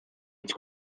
its